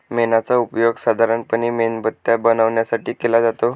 मेणाचा उपयोग साधारणपणे मेणबत्त्या बनवण्यासाठी केला जातो